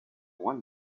one